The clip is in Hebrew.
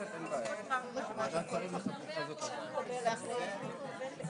שהם היו צריכים להסביר לפסיכולוג שלהם.